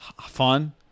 Fun